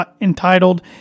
entitled